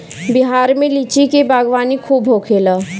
बिहार में लीची के बागवानी खूब होखेला